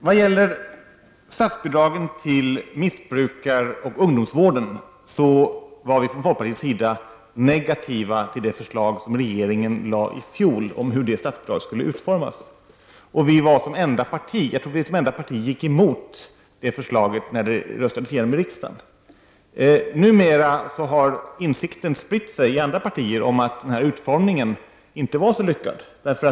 Vi var från folkpartiets sida negativa till det förslag som regeringen lade i fjol vad gäller missbrukaroch ungdomsvården och hur det statsbidraget skulle utformas. Vi var det enda parti som gick emot det förslaget när det skulle röstas igenom i riksdagen. Numera har insikten spritt sig i andra partier om att denna utformning inte var så lyckad.